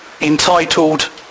entitled